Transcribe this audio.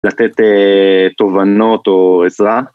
‫לתת תובנות או עזרה?